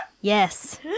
Yes